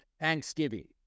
Thanksgiving